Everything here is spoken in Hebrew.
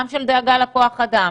גם של דאגה לכוח אדם,